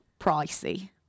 Pricey